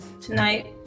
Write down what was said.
tonight